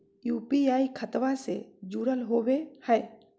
UPI खतबा से जुरल होवे हय?